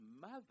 mother